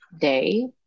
day